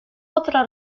otra